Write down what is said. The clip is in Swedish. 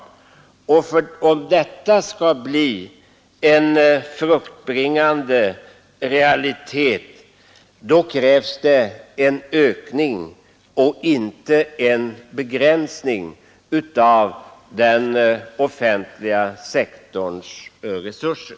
Om detta skall bli en fruktbringande realitet, då krävs det en ökning och inte en begränsning av den offentliga sektorns resurser.